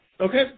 Okay